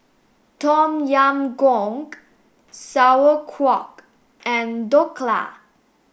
Tom Yam Goong Sauerkraut and Dhokla